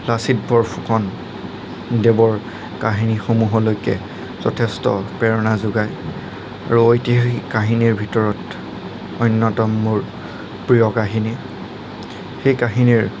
লাচিত বৰফুকন দেৱৰ কাহিনী সমূহলৈকে যথেষ্ট প্ৰেৰণা যোগায় আৰু ঐতিহাসিক কাহিনীৰ ভিতৰত অন্যতম মোৰ প্ৰিয় কাহিনী সেই কাহিনীৰ